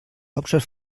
hauptstadt